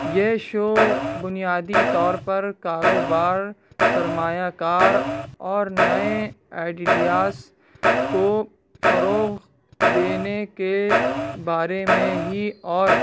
یہ شو بنیادی طور پر کاروبار سرمایہ کار اور نئے کو فروغ دینے کے بارے میں ہی اور